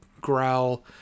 growl